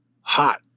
hot